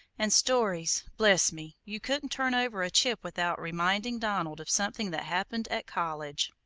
and stories bless me, you couldn't turn over a chip without reminding donald of something that happened at college.